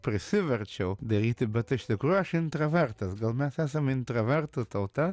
prisiverčiau daryti bet iš tikrųjų aš intravertas gal mes esam intravertų tauta